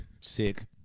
Sick